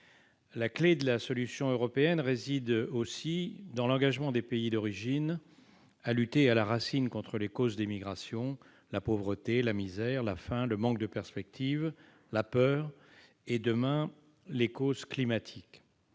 tard ! La solution européenne réside aussi dans l'engagement des pays d'origine à attaquer à la racine les causes des migrations : la pauvreté, la misère, la faim, le manque de perspectives, la peur et, demain, les problèmes climatiques.